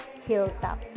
hilltop